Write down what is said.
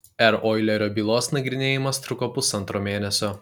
r oilerio bylos nagrinėjimas truko pusantro mėnesio